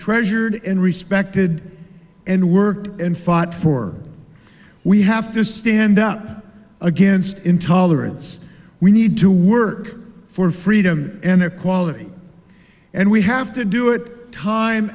treasured and respected and worked and fought for we have to stand up against intolerance we need to work for freedom and equality and we have to do it time